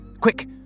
Quick